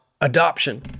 adoption